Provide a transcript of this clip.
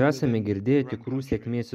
esame girdėję tikrų sėkmės